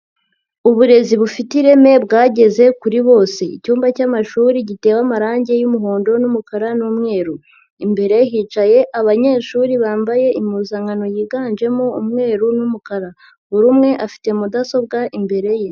Uburezi bufite ireme bwageze kuri bose icyumba cy'amashuri giteye amarange y'umuhondo n'umukara n'umweru, imbere hicaye abanyeshuri bambaye impuzankano yiganjemo umweru n'umukara, buri umwe afite mudasobwa imbere ye.